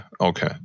okay